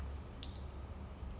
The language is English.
I think it was amazing